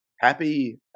happy